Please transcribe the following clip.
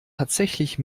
tatsächlich